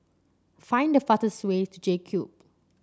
find the farts way to J Cube